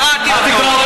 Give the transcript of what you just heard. הוא לא פסל את זה.